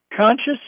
conscious